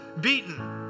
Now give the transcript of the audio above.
beaten